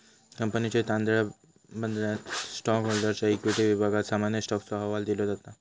कंपनीच्या ताळेबंदयात स्टॉकहोल्डरच्या इक्विटी विभागात सामान्य स्टॉकचो अहवाल दिलो जाता